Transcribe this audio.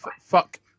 fuck